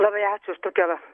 labai ačiū už tokią